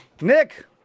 Nick